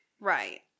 Right